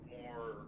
more